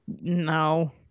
No